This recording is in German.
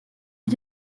wir